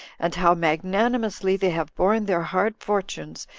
and how magnanimously they have borne their hard fortunes,